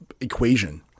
equation